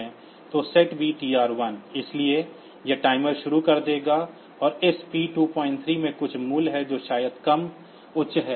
तो SETB TR 1 इसलिए यह टाइमर शुरू कर देगा और इस P23 में कुछ मूल्य है जो शायद कम उच्च है